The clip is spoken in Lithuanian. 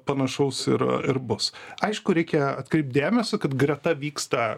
panašaus ir ir bus aišku reikia atkreipt dėmesį kad greta vyksta